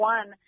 One